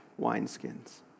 wineskins